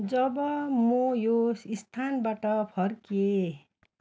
जब म यो स्थानबाट फर्किएँ